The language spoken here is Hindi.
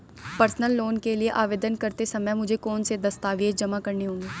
पर्सनल लोन के लिए आवेदन करते समय मुझे कौन से दस्तावेज़ जमा करने होंगे?